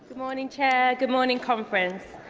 morning, chair, good morning conference.